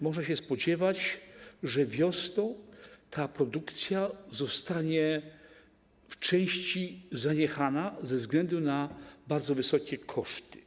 Można się zatem spodziewać, że wiosną ta produkcja zostanie w części zaniechana ze względu na bardzo wysokie koszty.